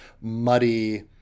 muddy